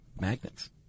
magnets